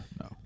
No